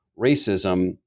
racism